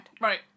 right